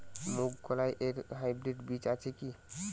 মুগকলাই এর হাইব্রিড বীজ আছে কি?